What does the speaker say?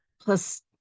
Plus